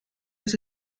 los